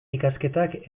ikasketak